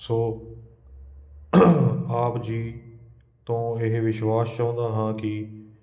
ਸੋ ਆਪ ਜੀ ਤੋਂ ਇਹ ਵਿਸ਼ਵਾਸ ਚਾਹੁੰਦਾ ਹਾਂ ਕਿ